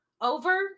over